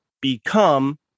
become